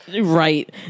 right